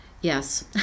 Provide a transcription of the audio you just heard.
Yes